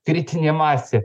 kritinė masė